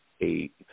eight